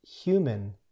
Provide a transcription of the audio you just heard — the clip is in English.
human